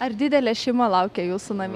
ar didelė šeima laukia jūsų namie